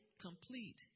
complete